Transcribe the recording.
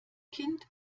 kind